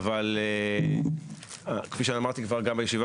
אבל אני מבקש לישיבה